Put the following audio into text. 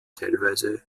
teilweise